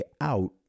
out